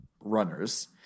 runners